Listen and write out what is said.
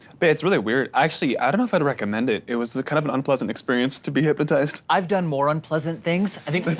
but it's really weird. actually, i don't know if i'd recommend it. it was a kind of an unpleasant experience to be hypnotized. i've done more unpleasant things. i think, i